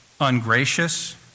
ungracious